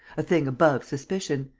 a thing above suspicion!